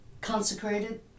consecrated